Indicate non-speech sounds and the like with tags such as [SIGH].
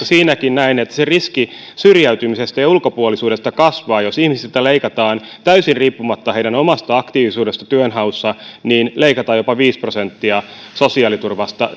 [UNINTELLIGIBLE] siinäkin näen että se riski syrjäytymisestä ja ulkopuolisuudesta kasvaa jos ihmisiltä leikataan täysin riippumatta heidän omasta aktiivisuudestaan työnhaussa jopa viisi prosenttia sosiaaliturvasta